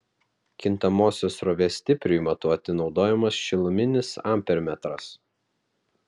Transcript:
kintamosios srovės stipriui matuoti naudojamas šiluminis ampermetras